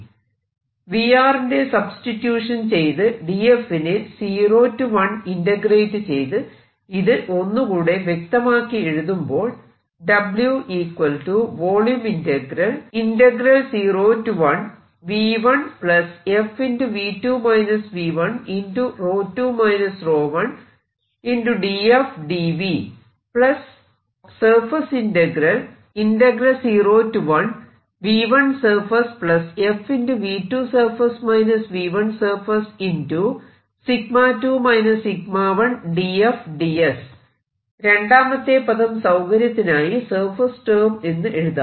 V ന്റെ substitution ചെയ്ത് df നെ 0 1 ഇന്റഗ്രേറ്റ് ചെയ്ത് ഇത് ഒന്ന് കൂടെ വ്യക്തമാക്കി എഴുതുമ്പോൾ രണ്ടാമത്തെ പദം സൌകര്യത്തിനായി സർഫേസ് ടെം എന്ന് എഴുതാം